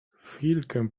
chwilkę